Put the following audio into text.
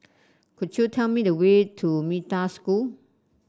could you tell me the way to Metta School